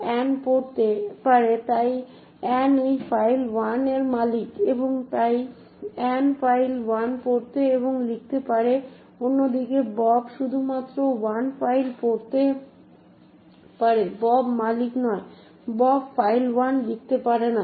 an পড়তে পারে তাই অ্যান এই ফাইল 1 এর মালিক এবং তাই অ্যান ফাইল 1 পড়তে এবং লিখতে পারে অন্যদিকে বব শুধুমাত্র 1 ফাইল পড়তে পারে বব মালিক নয় এবং বব ফাইল 1 লিখতে পারে না